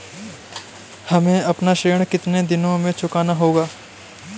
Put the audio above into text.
हमें अपना ऋण कितनी दिनों में चुकाना होगा?